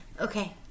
Okay